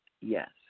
yes